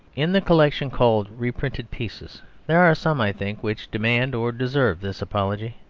in the collection called reprinted pieces there are some, i think, which demand or deserve this apology.